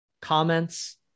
comments